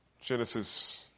Genesis